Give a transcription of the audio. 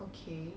okay